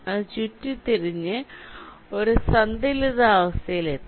അത് ചുറ്റിത്തിരിഞ്ഞു ഒരു സന്തുലിതാവസ്ഥയിൽ എത്തും